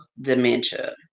dementia